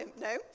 No